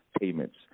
payments